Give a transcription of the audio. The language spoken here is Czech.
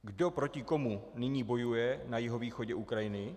Kdo proti komu nyní bojuje na jihovýchodě Ukrajiny?